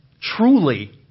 truly